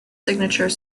signature